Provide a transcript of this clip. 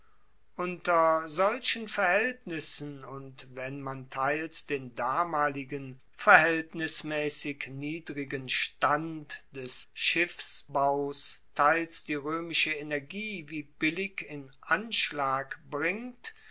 unter solchen verhaeltnissen und wenn man teils den damaligen verhaeltnismaessig niedrigen stand des schiffsbaus teils die roemische energie wie billig in anschlag bringt